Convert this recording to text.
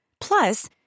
Plus